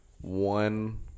one